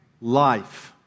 life